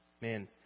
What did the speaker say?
man